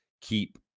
keep